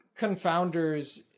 confounders